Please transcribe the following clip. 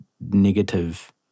negative